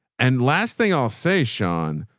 and last thing i'll say sean,